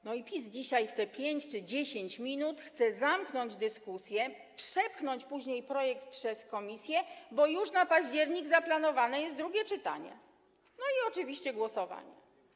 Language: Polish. I PiS dzisiaj w te 5 czy 10 minut chce zamknąć dyskusję, przepchnąć później projekt przez komisję, bo już na październik zaplanowane jest drugie czytanie i oczywiście głosowanie.